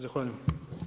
Zahvaljujem.